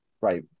Right